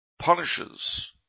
punishes